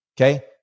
okay